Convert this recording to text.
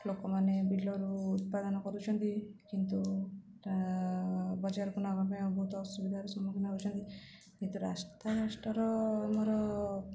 ଲୋକମାନେ ବିଲରୁ ଉତ୍ପାଦନ କରୁଛନ୍ତି କିନ୍ତୁ ବଜାରକୁ ନେବା ପାଇଁ ବହୁତ ଅସୁବିଧାର ସମ୍ମୁଖୀନ ହେଉଛନ୍ତି କିନ୍ତୁ ରାସ୍ତାଘାଟର ଆମର